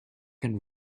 can